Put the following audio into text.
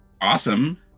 awesome